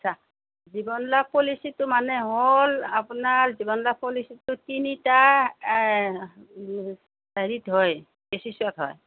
আচ্ছা জীৱন লাভ পলিচিটো মানে হ'ল আপোনাৰ জীৱন লাভ পলিচিটোত তিনিটা হেৰিত হয় বেচিচত হয়